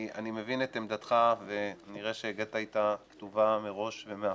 אני מבין את עמדתך ונראה שהגעת איתה כתובה מראש ומהבית,